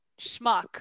schmuck